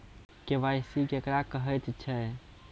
KYC केकरा कहैत छै?